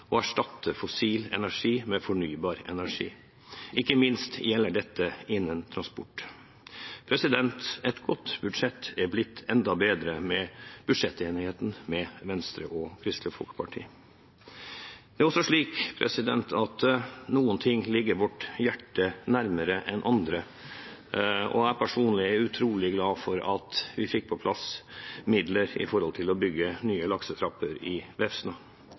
å erstatte fossil energi med fornybar energi, ikke minst innen transport. Et godt budsjett har blitt enda bedre med budsjettenigheten med Venstre og Kristelig Folkeparti. Noen ting ligger vårt hjerte nærmere enn andre. Jeg er personlig utrolig glad for at vi fikk på plass midler for å bygge nye laksetrapper i Vefsna,